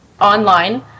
online